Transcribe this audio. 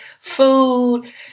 food